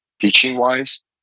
teaching-wise